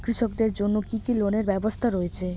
কৃষকদের জন্য কি কি লোনের ব্যবস্থা রয়েছে?